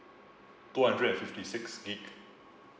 two hundred and fifty six gigabyte